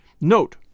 Note